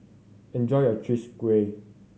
enjoy your Chwee Kueh